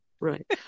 right